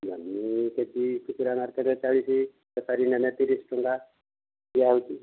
ଜହ୍ନି ସେଟି ଖୁଚୁରା ମାର୍କେଟରେ ଚାଳିଶ ବେପାରୀ ନେଲେ ତିରିଶ ଟଙ୍କା ଦିଆହେଉଛି